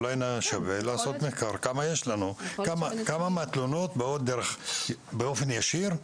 אולי שווה לעשות מחקר כמה מהתלונות באות באופן ישיר,